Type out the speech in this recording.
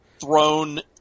thrown